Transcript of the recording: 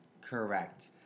Correct